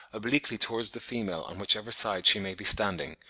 obliquely towards the female on whichever side she may be standing,